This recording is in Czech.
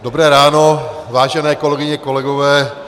Dobré ráno, vážené kolegyně, kolegové.